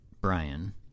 Brian